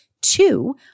two